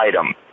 item